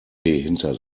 hinter